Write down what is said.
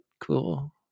cool